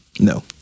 No